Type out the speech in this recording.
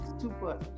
super